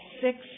six